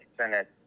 Senate